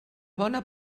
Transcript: bona